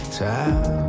time